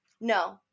No